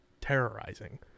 terrorizing